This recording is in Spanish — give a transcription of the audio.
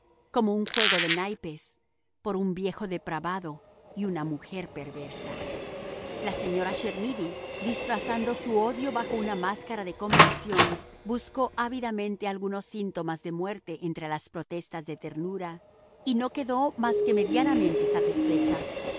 como un juego de naipes por un viejo depravado y una mujer perversa la señora chermidy disfrazando su odio bajo una máscara de compasión buscó ávidamente algunos síntomas de muerte entre las protestas de ternura y no quedó más que medianamente satisfecha